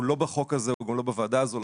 הוא לא בחוק הזה והוא גם לא בוועדה הזאת,